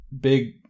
big